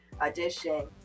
audition